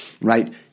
right